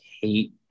hate